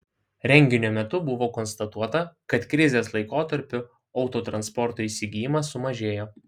renginio metu buvo konstatuota kad krizės laikotarpiu autotransporto įsigijimas sumažėjo